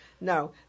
No